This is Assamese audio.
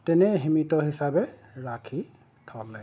তেনেই সীমিত হিচাপে ৰাখি থ'লে